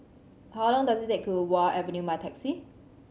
how long does it take to Wharf Avenue by taxi